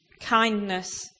kindness